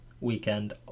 weekend